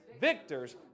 victors